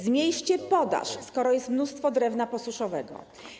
Zmniejszcie podaż, skoro jest mnóstwo drewna posuszowego.